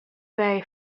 very